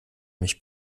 mich